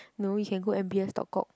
no we can go m_b_s talk cock